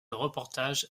reportages